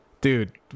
dude